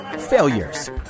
Failures